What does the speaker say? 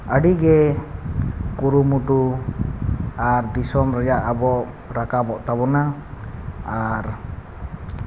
ᱟᱹᱰᱤᱜᱮ ᱠᱩᱨᱩᱢᱩᱴᱩ ᱫᱤᱥᱚᱢ ᱨᱮᱭᱟᱜ ᱟᱵᱚ ᱨᱟᱠᱟᱵᱚᱜ ᱛᱟᱵᱚᱱᱟ ᱟᱨ